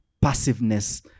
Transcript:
passiveness